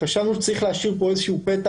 חשבנו שנכון להשאיר פתח